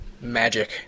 magic